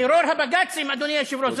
טרור הבג"צים, אדוני היושב-ראש, תודה.